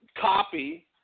copy